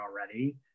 already